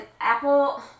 Apple